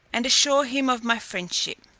and assure him of my friendship.